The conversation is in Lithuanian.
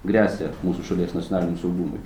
gresia mūsų šalies nacionaliniam saugumui